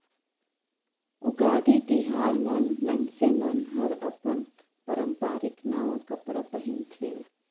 उगादी तिहार मन मइनसे मन हर अपन पारंपरिक नवा कपड़ा पहिनथे